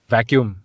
Vacuum